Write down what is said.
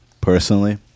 personally